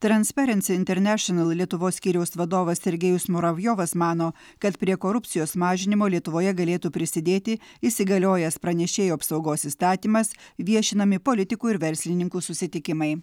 transparency international lietuvos skyriaus vadovas sergejus muravjovas mano kad prie korupcijos mažinimo lietuvoje galėtų prisidėti įsigaliojęs pranešėjų apsaugos įstatymas viešinami politikų ir verslininkų susitikimai